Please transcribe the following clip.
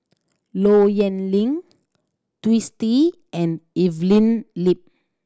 Low Yen Ling Twisstii and Evelyn Lip